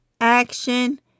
action